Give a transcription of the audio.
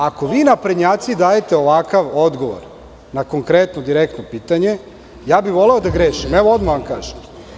Ako vi naprednjaci dajet ovakav odgovor na konkretno direktno pitanje, voleo bih da grešim, evo odmah vam kažem.